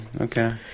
Okay